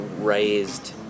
raised